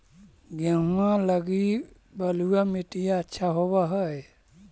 गेहुआ लगी बलुआ मिट्टियां अच्छा होव हैं?